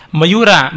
mayura